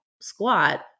squat